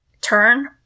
turn